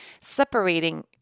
separating